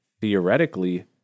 theoretically